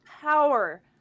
power